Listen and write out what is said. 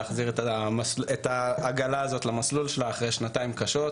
להחזיר את העגלה הזאת למסלול שלה אחרי שנתיים קשות,